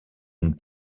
une